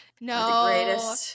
no